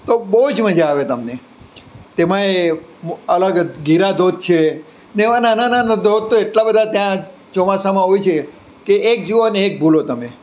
તો બહુ જ મજા આવે તમને તેમાંય અલગ જ ગીરા ધોધ છે તેવા નાના નાના ધોધ તો એટલા બધા ત્યાં ચોમાસામાં હોય છે કે એક જુઓ ને એક ભૂલો તમે